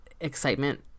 excitement